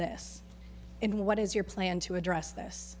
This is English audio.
this and what is your plan to address this